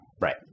Right